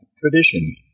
tradition